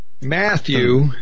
Matthew